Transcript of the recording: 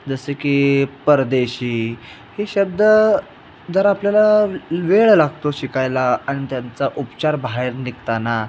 जसं की परदेशी ही शब्द जर आपल्याला वेळ लागतो शिकायला अन त्यांचा उच्चार बाहेर निघताना